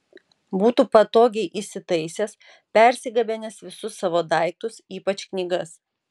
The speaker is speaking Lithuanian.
būtų patogiai įsitaisęs persigabenęs visus savo daiktus ypač knygas